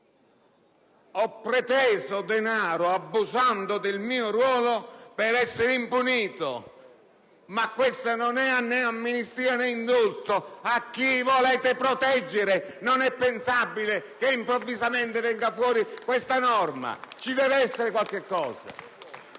preteso denaro abusando del suo ruolo per restare impunito! Ma questa non è né amnistia né indulto! Chi volete proteggere? Non è pensabile che, improvvisamente, venga fuori questa norma! Ci deve essere qualcosa!